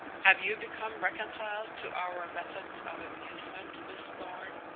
have you become reconciled to our methods of amusement, miss thorn?